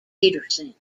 peterson